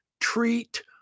treat